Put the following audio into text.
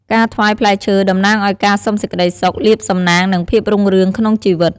ការថ្វាយផ្លែឈើតំណាងឱ្យការសុំសេចក្តីសុខ លាភសំណាង និងភាពរុងរឿងក្នុងជីវិត។